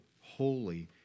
holy